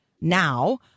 now